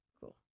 Cool